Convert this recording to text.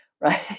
right